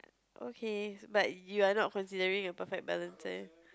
okay but you are not considering a perfect balanced there